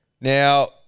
Now